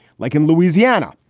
like in louisiana,